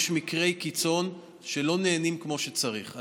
יש מקרי קיצון שלא נענים כמו שצריך.